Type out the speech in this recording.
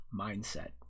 mindset